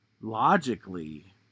Logically